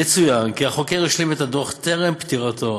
יצוין כי החוקר השלים את הדוח טרם פטירתו